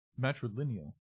Matrilineal